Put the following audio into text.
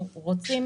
הוא הולך לאוצר.